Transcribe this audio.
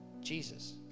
Jesus